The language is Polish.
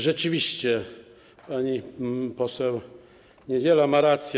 Rzeczywiście pani poseł Niedziela ma rację.